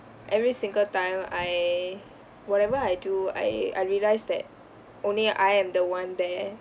every single time I whatever I do I I realise that only I am the [one] there